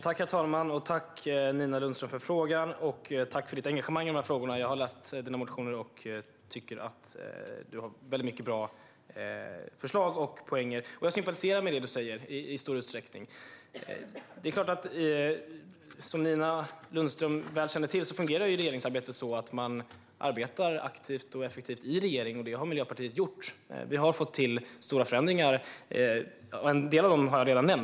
Herr talman! Tack för frågan, Nina Lundström, och för ditt engagemang i frågorna! Jag har läst dina motioner och tycker att du har många bra förslag och poänger. Jag sympatiserar i stor utsträckning med det du säger. Som Nina Lundström väl känner till fungerar regeringsarbetet så att man arbetar aktivt och effektivt i regeringen. Det har Miljöpartiet gjort. Vi har fått till stora förändringar. En del av dem har jag redan nämnt.